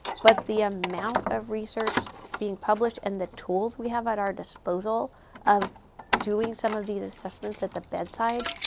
but the amount of research being published and the tools we have at our disposal of doing some of these assessments at the bedside,